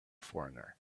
foreigner